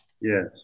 Yes